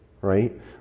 right